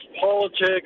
politics